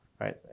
right